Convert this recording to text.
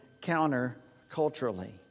counterculturally